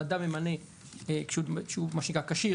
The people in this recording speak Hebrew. שאדם ממנה כשהוא כשיר,